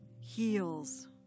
heals